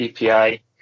API